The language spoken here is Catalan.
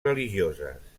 religioses